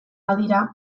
badira